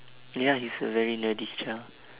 ya he's a very nerdy child